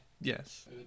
Yes